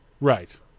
Right